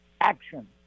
Action